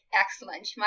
excellent